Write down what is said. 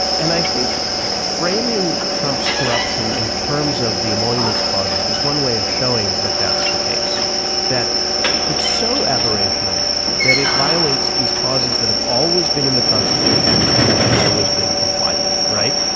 and i think framing trump's corruption in terms of the emoluments clauses is one way of showing that that's the case that it's so aberrational that it violates these clauses that have always been in the constitution and that have always been complied with. right.